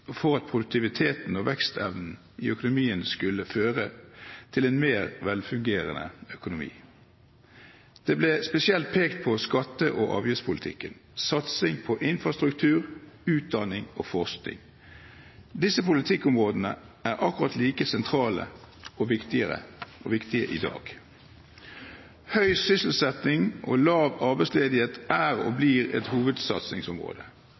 for at produktiviteten og vekstevnen i økonomien skulle føre til en mer velfungerende økonomi. Det ble spesielt pekt på skatte- og avgiftspolitikken og satsing på infrastruktur, utdanning og forskning. Disse politikkområdene er akkurat like sentrale og viktige i dag. Høy sysselsetting og lav arbeidsledighet er og blir et hovedsatsingsområde.